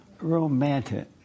Romantic